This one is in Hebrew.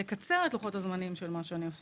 לקצר את לוחות הזמנים של מה שאני עושה.